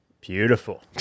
Beautiful